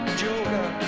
joker